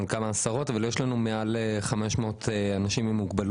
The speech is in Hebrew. כל מי שיכול לתת מענה משלים מעבר למה שניתן על ידי המדינה